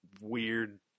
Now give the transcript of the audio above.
weird